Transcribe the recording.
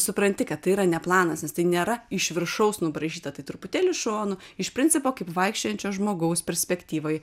supranti kad tai yra ne planas nes tai nėra iš viršaus nubraižyta tai truputėlį šonu iš principo kaip vaikščiojančio žmogaus perspektyvoj